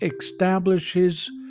establishes